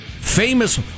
Famous